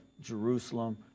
Jerusalem